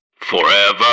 FOREVER